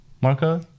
Marco